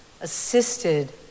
assisted